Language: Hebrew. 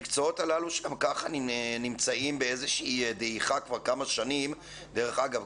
המקצועות הללו שגם כך נמצאים באיזושהי דעיכה כבר כמה שנים דרך אגב,